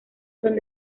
son